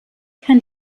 kann